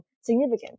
significant